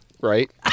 right